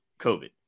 covid